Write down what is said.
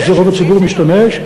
שבזה רוב הציבור משתמש,